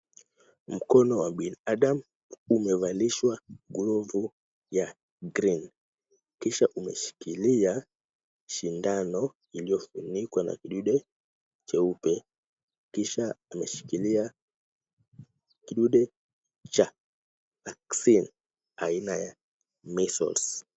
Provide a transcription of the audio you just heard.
Mkono wa binadamu umevalishwa glovu ya green kisha umeshikilia sindano iliyofunikwa na kidude cheupe kisha ameshikilia kidude cha vaccine aina ya measles .